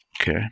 okay